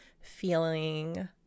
feeling